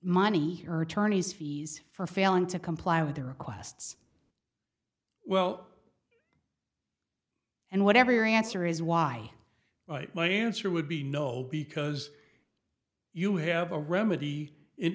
money her attorneys fees for failing to comply with the requests well and whatever your answer is why my answer would be no because you have a remedy in